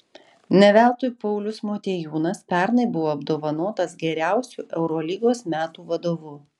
ne veltui paulius motiejūnas pernai buvo apdovanotas geriausiu eurolygos metų vadovu